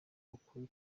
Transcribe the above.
ukuri